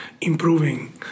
improving